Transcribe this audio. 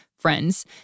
friends